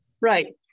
Right